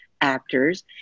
actors